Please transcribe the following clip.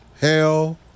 Hell